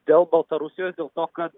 dėl baltarusijos dėl to kad